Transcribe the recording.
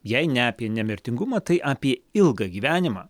jei ne apie nemirtingumą tai apie ilgą gyvenimą